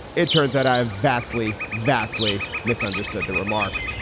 it turns out i have vastly, vastly misunderstood the remark.